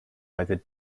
either